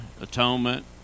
atonement